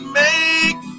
make